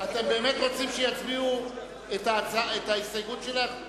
אתם באמת רוצים שיצביעו על ההסתייגות שלך?